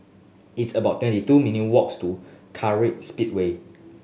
it's about twenty two minute walks to Kartright Speedway